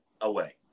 away